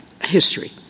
history